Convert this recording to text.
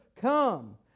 come